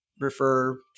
refer